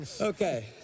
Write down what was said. Okay